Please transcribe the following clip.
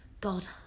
God